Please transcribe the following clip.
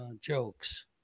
jokes